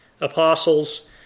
Apostles